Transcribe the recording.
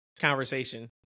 conversation